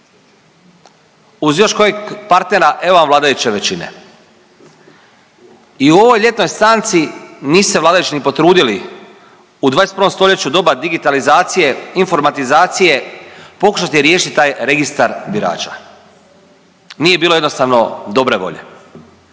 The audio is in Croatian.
Uz još kojeg partnera evo vam vladajuće većine. I u ovoj ljetnoj stanci nisu se vladajući ni potrudili u 21. stoljeću u doba digitalizacije, informatizacije pokušati riješiti taj Registar birača. Nije bilo jednostavno dobre volje.